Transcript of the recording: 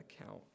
account